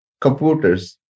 computers